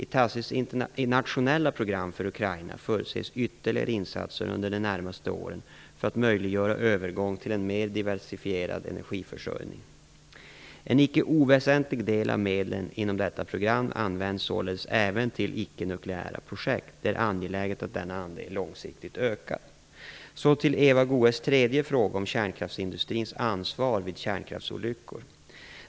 I TACIS nationella program för Ukraina förutses ytterligare insatser under de närmaste åren för att möjliggöra övergång till en mer diversifierad energiförsörjning. En icke oväsentlig del av medlen inom detta program används således även till icke-nukleära projekt. Det är angeläget att denna andel långsiktigt ökar. Så skall jag ta upp Eva Goës tredje fråga om kärnkraftsindustrins ansvar vid kärnkraftsolyckor.